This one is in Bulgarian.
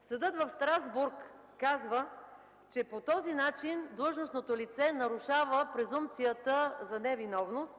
Съдът в Страсбург казва, че по този начин длъжностното лице нарушава презумпцията за невиновност